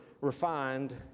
refined